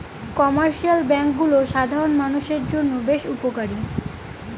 commercial ব্যাঙ্কগুলো সাধারণ মানষের জন্য বেশ উপকারী